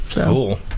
Cool